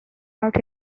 out